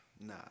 Nah